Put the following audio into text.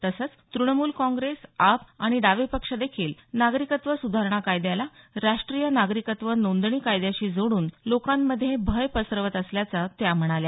तसंच त्रुणमूल काँग्रेस आप आणि डावे पक्ष देखील नागरिकत्व सुधारणा कायद्याला राष्ट्रीय नागरिकत्व नोंदणी कायद्याशी जोडून लोकांमध्ये भय पसरवत असल्याचा त्या म्हणाल्या